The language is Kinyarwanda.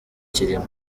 kirimo